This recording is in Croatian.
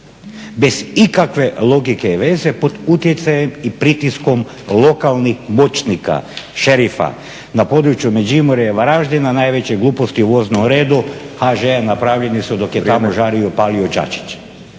bez ikakve logike i veze pod utjecajem i pritiskom lokalnih moćnika, šerifa na području Međimurja i Varaždina najveće gluposti u voznom redu HŽ-a napravljeni su dok je tamo žario i palio Čačić…